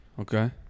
Okay